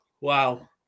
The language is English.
wow